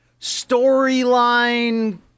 storyline